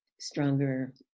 stronger